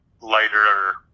lighter